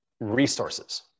resources